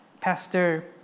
Pastor